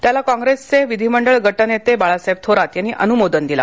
त्याला कॉग्रेसचे विधिमंडळ गटनेते बाळासाहेब थोरात यांनी अनुमोदन दिलं